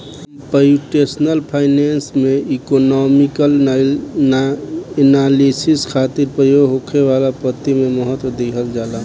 computational finance में economic analysis खातिर प्रयोग होखे वाला पद्धति के महत्व दीहल जाला